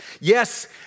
Yes